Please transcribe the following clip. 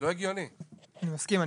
אני מסכים.